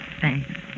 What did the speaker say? Thanks